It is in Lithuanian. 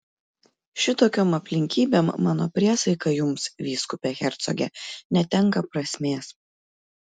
šitokiom aplinkybėm mano priesaika jums vyskupe hercoge netenka prasmės